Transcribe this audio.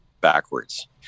backwards